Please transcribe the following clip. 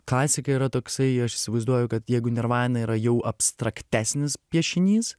klasika yra toksai aš įsivaizduoju kad jeigu nirvana yra jau abstraktesnis piešinys